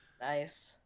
Nice